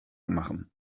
machen